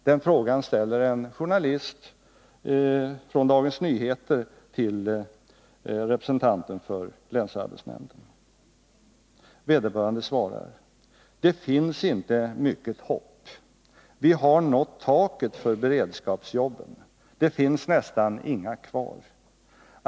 Den frågan ställer en journalist från Dagens Nyheter till representanten för länsarbetsnämnden. Vederbörande svarar: ”Det finns inte mycket hopp. Vi har nått taket för beredskapsjobben. Det finns nästan inga kvar.